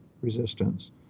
resistance